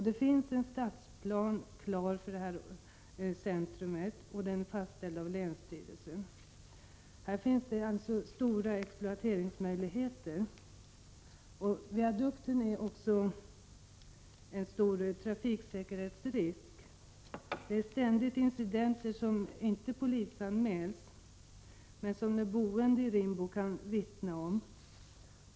Det finns en stadsplan klar för detta centrum; den är fastställd av länsstyrelsen. Här föreligger alltså stora exploateringsmöjligheter. Viadukten är vidare en stor trafiksäkerhetsrisk. Det förekommer ständigt incidenter som inte polisanmäls men som de boende i Rimbo kan vittna om.